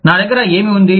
నా దగ్గర ఏమి ఉంది